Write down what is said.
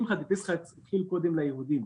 הקמחא דפסחא מחלקים קודם ליהודים,